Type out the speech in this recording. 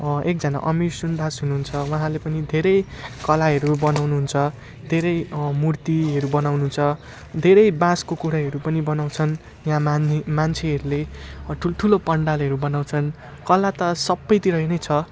एकजना अमिर सुन्दास हुनुहुन्छ र उहाँले पनि धेरै कलाहरू बनाउनुहुन्छ धेरै मूर्तिहरू बनाउनुहुन्छ धेरै बाँसको कुराहरू पनि बनाउँछन् यहाँ मान्नी मान्छेहरूले ठुल्ठुलो पन्डालहरू बनाउँछन् कला त सबैतिरै नै छ